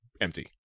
empty